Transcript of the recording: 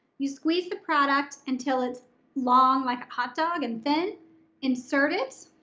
you squeeze the product until it's long like a hotdog and then insert it